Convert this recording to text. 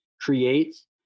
creates